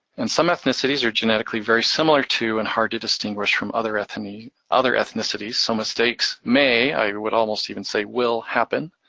and some ethnicities are genetically very similar to and hard to distinguish from other i mean other ethnicities, so mistakes may, i would almost even say, will happen.